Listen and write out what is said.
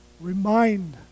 remind